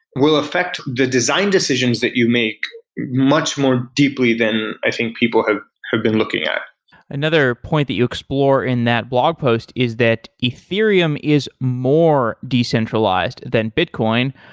will affect the design decisions that you make much more deeply than i think people have have been looking at another point that you explore in that blogpost is that ethereum is more decentralized than bitcoin.